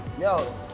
Yo